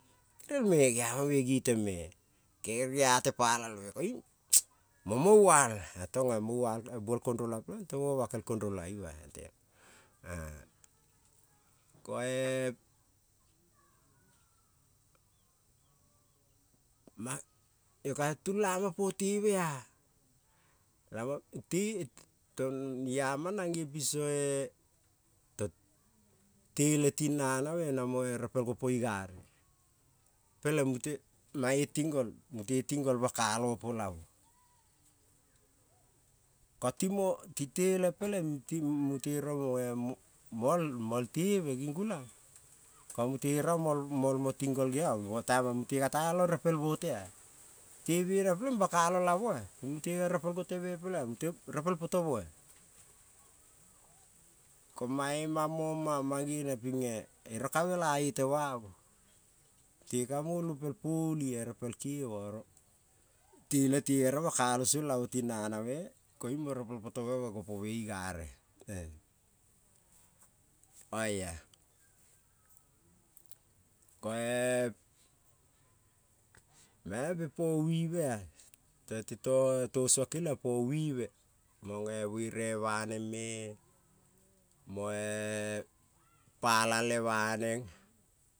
Gerelme geama-me geteng me gere geate palave koiung mo moval tonge meval, buol kondola pele-ing tomoma kel kondola ima, koe mang io ka ka tulama po teve-a iama nange piso-e tong tele tin nanave namo repel gopi i gare peleng mute mae ting gol mute ting gol bakalo opo la-mo, ko timo-ting tele peleng ti mute rong-e mol, mol teve ging gulang, ko mute eria-mol mo ting gol eong-go taimong mute katealong repel mo otea, mute bena pele-ing bakalo lamoa, mo mute-e repel gote me peleng-a mute repel potomo-a ko mae mam-moma mang-gene ping-e eria, ka mela ete vama mute ka mulo pel poli oia pel keva oro tele te gere bakalo song la mo ti-nanave koiung mo repel potomome gopome igare oia, koe naempe povive-e to sua keliong po vive, monge vereve vanong-me moe palale vaneng.